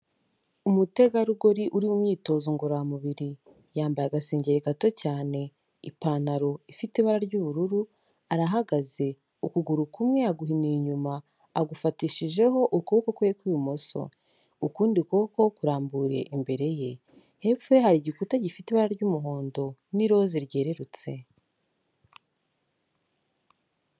Umutegarugori uri mu myitozo ngororamubiri, yambaye agasengeri gato cyane, ipantaro ifite ibara ry'ubururu, arahagaze ukuguru kumwe yaguhinira inyuma, agufatishijeho ukuboko kwe kw'ibumoso, ukundi kuboko kurambuye imbere ye, hepfo ye hari igikuta gifite ibara ry'umuhondo n'iroza ryererutse.